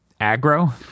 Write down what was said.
Aggro